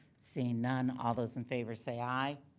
seeing none, all those in favor say aye.